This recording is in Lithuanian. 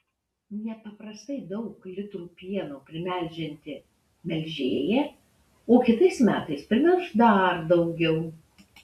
nepaprastai daug litrų pieno primelžianti melžėja o kitais metais primelš dar daugiau